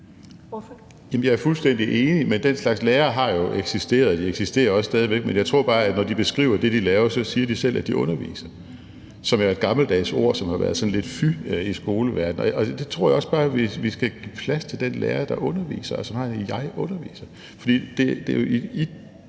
Jamen jeg er fuldstændig enig, men den slags lærere har jo eksisteret og eksisterer også stadig væk. Jeg tror bare, at når de beskriver det, de laver, siger de selv, at de underviser. Det er et gammeldags ord, som har været sådan lidt fy i skoleverdenen. Jeg tror også bare, at vi skal give plads til den lærer, der underviser, og som siger: Jeg underviser. For det er jo i den